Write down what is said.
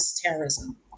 terrorism